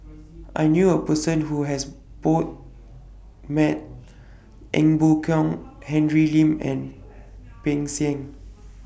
I knew A Person Who has Both Met Ee Boon Kong Henry Lim and Peng Siang